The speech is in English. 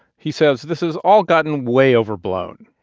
he says this has all gotten way overblown.